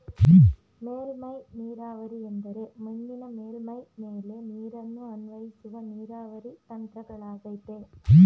ಮೇಲ್ಮೈ ನೀರಾವರಿ ಎಂದರೆ ಮಣ್ಣಿನ ಮೇಲ್ಮೈ ಮೇಲೆ ನೀರನ್ನು ಅನ್ವಯಿಸುವ ನೀರಾವರಿ ತಂತ್ರಗಳಗಯ್ತೆ